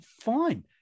fine